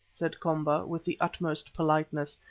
said komba with the utmost politeness,